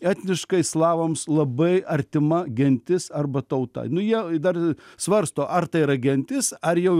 etniškai slavams labai artima gentis arba tauta nu jie dar svarsto ar tai yra gentis ar jau